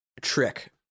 trick